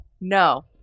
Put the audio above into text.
no